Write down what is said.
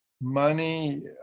money